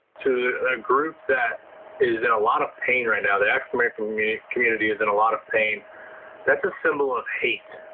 to a group that is in a lot of pain right now the african american community is in a lot of pain that's a symbol of hate,